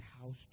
house